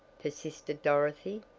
persisted dorothy.